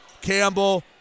Campbell